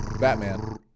Batman